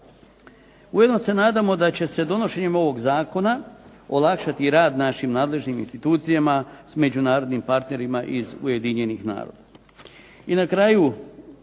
Ujedno se nadamo da će se donošenjem ovog zakona, olakšati rad našim nadležnim institucijama, s međunarodnim partnerima iz Ujedinjenih naroda.